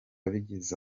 bigeze